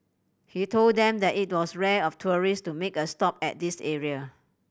he told them that it was rare of tourist to make a stop at this area